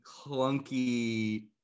clunky